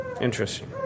Interesting